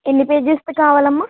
ఎన్నిపేజీస్లది కావాలమ్మ